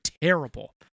terrible